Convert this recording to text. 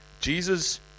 Jesus